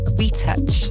retouch